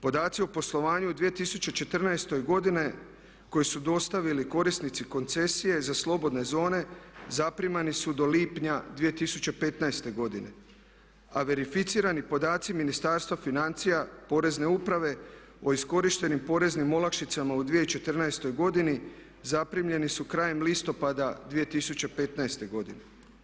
Podaci o poslovanju u 2014. godine koji su dostavili korisnici koncesije za slobodne zone zaprimani su do lipnja 2015. godine, a verificirani podaci Ministarstva financija, Porezne uprave o iskorištenim poreznim olakšicama u 2014. godini zaprimljeni su krajem listopada 2015. godine.